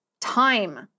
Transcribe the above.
time